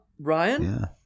Ryan